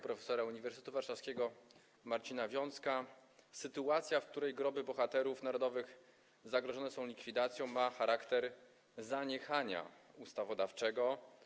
prof. Uniwersytetu Warszawskiego Marcina Wiącka, sytuacja, w której groby bohaterów narodowych zagrożone są likwidacją, ma charakter zaniechania ustawodawczego.